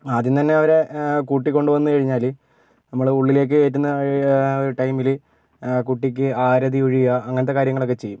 ആദ്യം തന്നെ അവരെ കൂട്ടി കൊണ്ട് വന്ന് കഴിഞ്ഞാല് നമ്മളുടെ ഉള്ളിലേക്ക് കയറ്റുന്ന ടൈമില് കുട്ടിക്ക് ആരതി ഉഴിയുക അങ്ങനത്തെ കാര്യങ്ങളൊക്കെ ചെയ്യും